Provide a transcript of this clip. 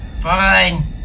Fine